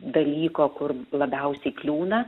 dalyko kur labiausiai kliūna